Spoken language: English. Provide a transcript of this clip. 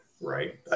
right